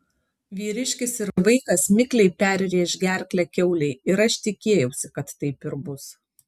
vyriškis ir vaikas mikliai perrėš gerklę kiaulei ir aš tikėjausi kad taip ir bus